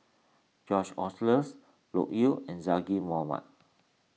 George Oehlers Loke Yew and Zaqy Mohamad